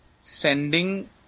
sending